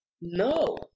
No